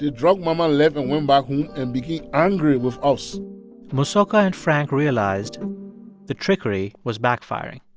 drug mama left and went back home and became angry with us mosoka and frank realized the trickery was backfiring.